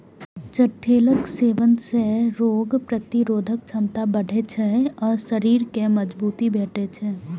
चठैलक सेवन सं रोग प्रतिरोधक क्षमता बढ़ै छै आ शरीर कें मजगूती भेटै छै